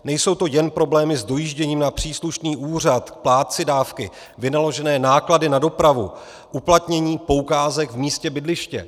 Nejsou to jen problémy s dojížděním na příslušný úřad k plátci dávky, vynaložené náklady na dopravu, uplatnění poukázek v místě bydliště.